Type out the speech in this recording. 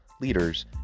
leaders